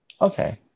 Okay